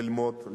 ללמוד,